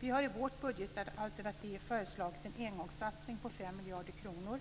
Vi har i vårt budgetalternativ föreslagit en engångssatsning på 5 miljarder kronor